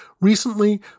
Recently